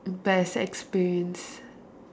best experience